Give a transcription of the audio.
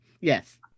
yes